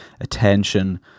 attention